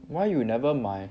why you never 买